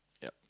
yup